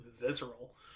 visceral